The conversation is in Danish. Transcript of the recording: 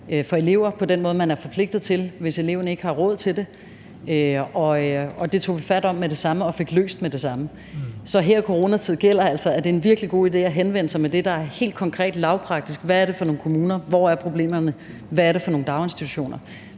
for eleverne på den måde, man er forpligtet til, hvis en elev ikke har råd til det. Det tog vi fat om med det samme og fik løst med det samme. Så her i coronatiden gælder det altså, at det er en virkelig god idé at henvende sig med det, der er helt konkret og lavpraktisk: Hvad er det for nogle kommuner, hvor er problemerne, hvad er det for nogle daginstitutioner?